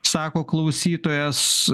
sako klausytojas